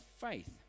faith